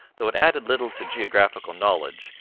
though it added little to geographical knowledge,